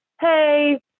hey